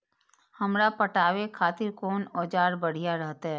हमरा पटावे खातिर कोन औजार बढ़िया रहते?